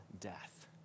death